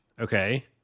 Okay